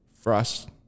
frost